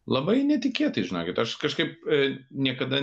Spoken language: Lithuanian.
labai netikėtai žinokit aš kažkaip niekada